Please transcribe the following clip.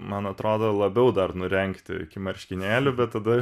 man atrodo labiau dar nurengti iki marškinėlių bet tada